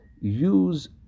use